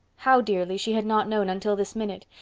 how dearly she had not known until this minute.